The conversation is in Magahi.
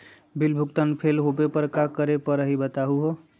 बिल भुगतान फेल होवे पर का करै परही, बताहु हो?